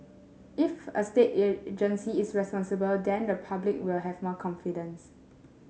if a state agency is responsible then the public will have more confidence